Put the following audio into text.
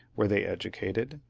were they educated?